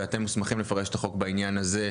ואתם מוסמכים לפרש את החוק בעניין הזה,